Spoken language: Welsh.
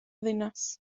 ddinas